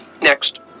Next